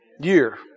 year